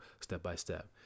step-by-step